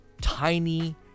tiny